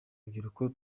urubyiruko